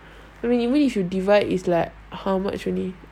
minimum you should divide is like how much only